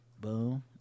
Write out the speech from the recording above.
Boom